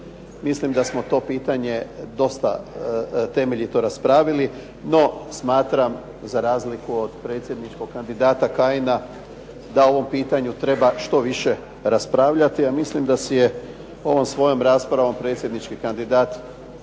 mislim da smo to pitanje temeljno raspravili. No, smatram za razliku od predsjedničkog kandidata Kajina, da o ovom pitanju treba što više raspravljati. A mislim da si je on svojom raspravom, predsjednički kandidat